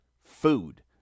Food